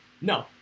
No